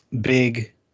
big